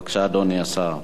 בבקשה, אדוני השר.